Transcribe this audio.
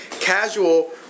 Casual